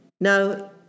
now